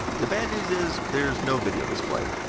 the bad news is, there's no video display.